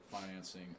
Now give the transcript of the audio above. financing